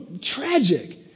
Tragic